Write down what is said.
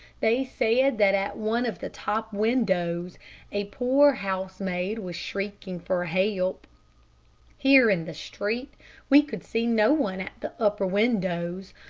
they said that at one of the top windows a poor housemaid was shrieking for help. here in the street we could see no one at the upper windows,